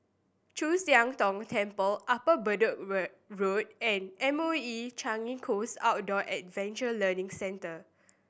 Chu Siang Tong Temple Upper Bedok Road and M O E Changi Coast Outdoor Adventure Learning Centre